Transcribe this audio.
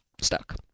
stuck